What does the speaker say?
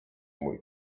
mój